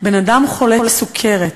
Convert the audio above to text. בן-אדם חולה סוכרת